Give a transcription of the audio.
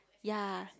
ya